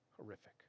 Horrific